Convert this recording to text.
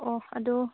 ꯑꯣ ꯑꯗꯣ